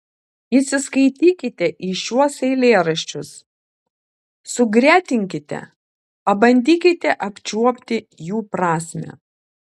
įsiskaitykite į šiuos eilėraščius sugretinkite pabandykite apčiuopti jų prasmę